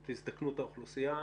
את הזדקנות האוכלוסייה,